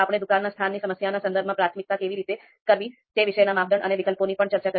આપણે દુકાનના સ્થાનની સમસ્યાના સંદર્ભમાં પ્રાથમિકતા કેવી રીતે કરવી તે વિશેના માપદંડો અને વિકલ્પોની પણ ચર્ચા કરી